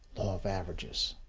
of averages.